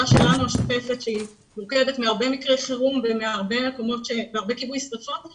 שלנו השוטפת שהיא מורכבת מהרבה מקרי חירום והרבה כיבוי שריפות.